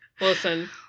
Listen